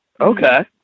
okay